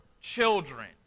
children